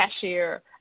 cashier